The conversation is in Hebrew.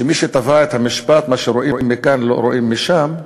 שמי שטבע את המשפט: מה שרואים מכאן לא רואים משם,